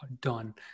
done